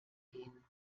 gehen